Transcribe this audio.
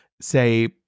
say